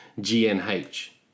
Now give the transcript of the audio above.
GNH